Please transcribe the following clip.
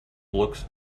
looks